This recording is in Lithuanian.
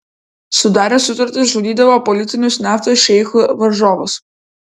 sudaręs sutartis žudydavo politinius naftos šeichų varžovus